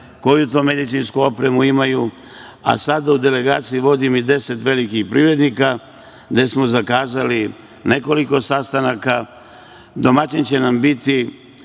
koju to medicinsku opremu imaju. Sad u delegaciji vodim i 10 velikih privrednika. Zakazali smo nekoliko sastanaka. Domaćin će nam biti